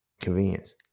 convenience